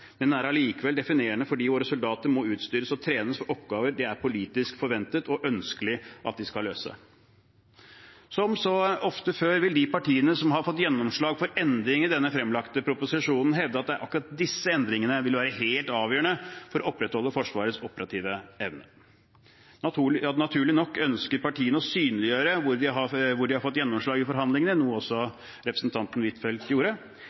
men er allikevel definerende fordi våre soldater må utstyres og trenes for oppgaver det er politisk forventet og ønskelig at de skal løse. Som så ofte før vil de partiene som har fått gjennomslag for endringer i denne fremlagte proposisjonen, hevde at akkurat disse endringene vil være helt avgjørende for å opprettholde Forsvarets operative evne. Naturlig nok ønsker partiene å synliggjøre hvor de har fått gjennomslag i forhandlingene, noe også representanten Huitfeldt gjorde.